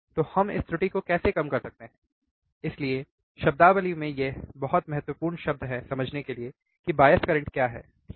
तो हम इस त्रुटि को कैसे कम कर सकते हैं इसलिए शब्दावली में यह बहुत महत्वपूर्ण शब्द है समझने के लिए कि बायस करंट क्या है ठीक है